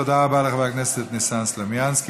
תודה רבה לחבר הכנסת ניסן סלומינסקי,